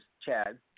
Chad